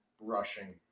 rushing